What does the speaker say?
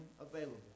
available